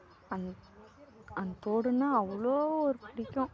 அந் அந்த தோடுன்னா அவ்வளோ ஒரு பிடிக்கும்